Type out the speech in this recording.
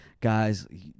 Guys